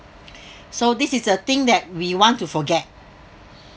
so this is the thing that we want to forget